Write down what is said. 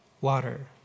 water